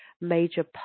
major